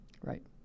Right